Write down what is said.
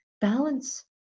balance